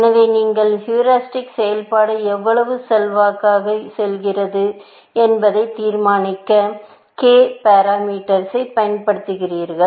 எனவே நீங்கள் ஹீரிஸ்டிக்செயல்பாடு எவ்வளவு செல்வாக்கு செலுத்துகிறது என்பதை தீர்மானிக்க என்ற k பாரமீட்டர்ஸ் பயன்படுத்துகிறீர்கள்